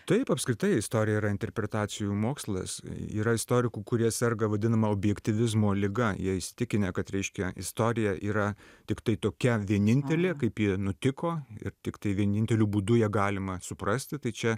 taip apskritai istorija yra interpretacijų mokslas yra istorikų kurie serga vadinama objektyvizmo liga jie įsitikinę kad reiškia istorija yra tiktai tokia vienintelė kaip ji nutiko ir tiktai vieninteliu būdu ją galima suprasti tai čia